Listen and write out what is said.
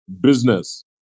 business